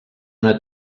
una